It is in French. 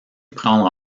prendre